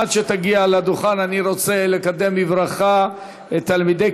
עד שתגיע לדוכן אני רוצה לקדם בברכה את תלמידי